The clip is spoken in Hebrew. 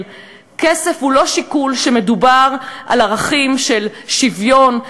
כסף הוא לא שיקול כשמדובר על ערכים של שוויון,